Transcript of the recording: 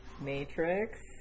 Matrix